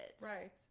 right